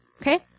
Okay